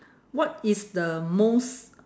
what is the most